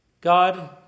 God